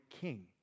King